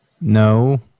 no